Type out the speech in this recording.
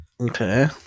Okay